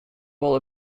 bowl